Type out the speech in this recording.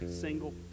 single